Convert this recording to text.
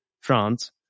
France